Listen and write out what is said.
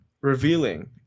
revealing